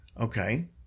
Okay